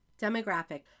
demographic